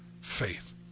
faith